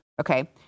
Okay